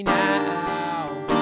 now